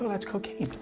that's cocaine, you